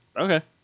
okay